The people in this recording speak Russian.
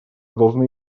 должны